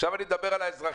עכשיו אני מדבר על האזרחים.